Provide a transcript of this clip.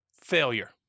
failure